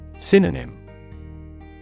synonym